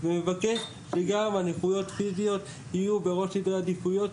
אני מבקש שגם נכויות פיזיות יהיו בראש סדרי עדיפויות,